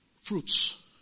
fruits